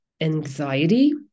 anxiety